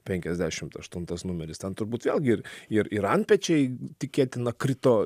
penkiasdešimt aštuntas numeris ten turbūt vėlgi ir ir ir antpečiai tikėtina krito